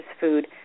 food